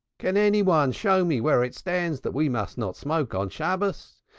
can any one show me where it stands that we must not smoke on shabbos?